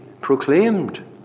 proclaimed